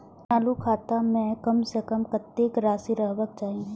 चालु खाता में कम से कम कतेक राशि रहबाक चाही?